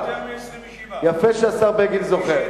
שזה יותר מ-27, יפה שהשר בגין זוכר.